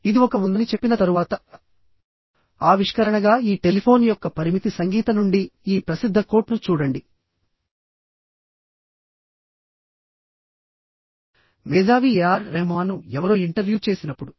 ఇది ఒక ఉందని చెప్పిన తరువాత ఆవిష్కరణగా ఈ టెలిఫోన్ యొక్క పరిమితి సంగీత నుండి ఈ ప్రసిద్ధ కోట్ను చూడండి మేధావి ఏఆర్ రెహమాన్ను ఎవరో ఇంటర్వ్యూ చేసినప్పుడు